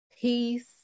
Peace